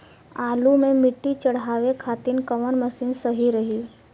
आलू मे मिट्टी चढ़ावे खातिन कवन मशीन सही रही?